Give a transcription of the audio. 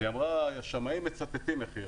והיא אמרה שהשמאים מצטטים מחיר.